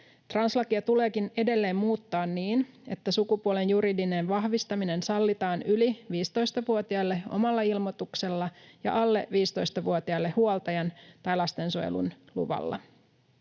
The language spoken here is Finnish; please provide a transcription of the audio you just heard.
Translakia tuleekin edelleen muuttaa niin, että sukupuolen juridinen vahvistaminen sallitaan yli 15-vuotiaille omalla ilmoituksella ja alle 15-vuotiaille huoltajan tai lastensuojelun luvalla.